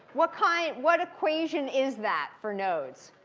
what kind of what equation is that for nodes?